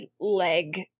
leg